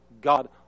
God